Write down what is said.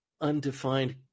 undefined